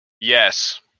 Yes